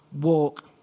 walk